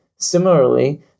Similarly